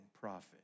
prophet